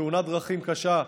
תאונת דרכים קשה,